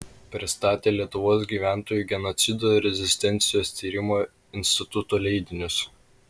pristatė lietuvos gyventojų genocido ir rezistencijos tyrimo instituto leidinius